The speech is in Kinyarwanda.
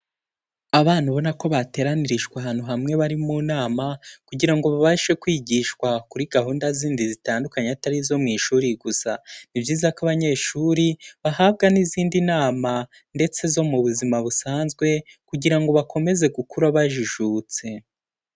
Abana ubona ko bateranirijwe ahantu hamwe bari mu nama, kugira ngo babashe kwigishwa kuri gahunda zindi zitandukanye atari izo mu ishuri gusa. Ni byiza ko abanyeshuri, bahabwa n'izindi nama, ndetse zo mu buzima busanzwe, kugira ngo bakomeze gukura bajijutse.